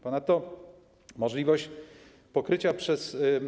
Ponadto możliwość pokrycia przez.